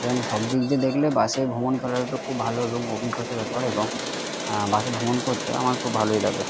এবং সব দিক দিয়ে দেখলে বাসে ভ্রমণ করার একটু খুব ভালো এবং অভিজ্ঞতার ব্যাপারে এবং বাসে ভ্রমণ করতে আমার খুব ভালোই লাগে